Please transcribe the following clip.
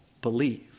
believe